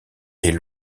est